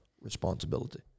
responsibility